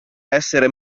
essere